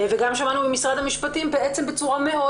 גם שמענו ממשרד המשפטים בצורה מאוד